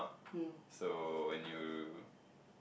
so when you